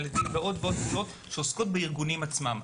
ועוד פעולות שעוסקות בארגונים עצמם.